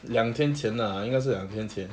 两天前 lah 应该是两天前